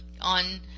on